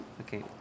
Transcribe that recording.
okay